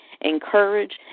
encourage